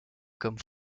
comme